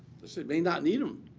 the city may not need um